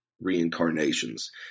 reincarnations